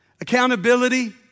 accountability